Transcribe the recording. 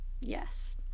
yes